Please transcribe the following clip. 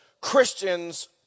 Christians